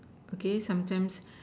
okay sometimes